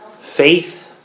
faith